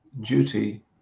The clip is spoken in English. duty